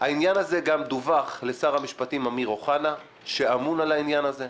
העניין הזה גם דווח לשר המשפטים אמיר אוחנה שאמון על העניין הזה,